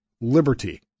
liberty